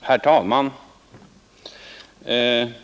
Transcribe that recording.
Herr talman!